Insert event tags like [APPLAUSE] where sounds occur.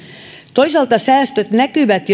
toisaalta säästöt näkyvät [UNINTELLIGIBLE]